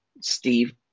Steve